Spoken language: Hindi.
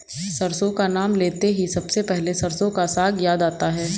सरसों का नाम लेते ही सबसे पहले सरसों का साग याद आता है